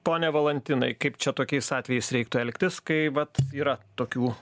pone valantinai kaip čia tokiais atvejais reiktų elgtis kai vat yra tokių